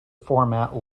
format